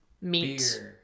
Meat